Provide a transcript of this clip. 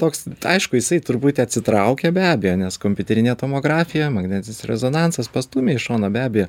toks tai aišku jisai truputį atsitraukė be abejo nes kompiuterinė tomografija magnetinis rezonansas pastūmė į šoną be abejo